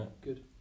good